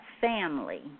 family